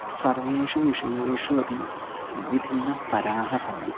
सर्वेषु विषयेषु अपि विभिन्नस्तराः सन्ति